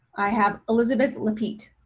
i have elizabeth lapite.